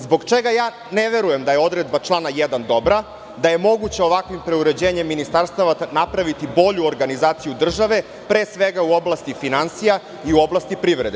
Zbog čega ja ne verujem da je odredba člana 1. dobra, da je moguće ovakvim preuređenjem ministarstava napraviti bolju organizaciju države, pre svega u oblasti finansija i u oblasti privrede?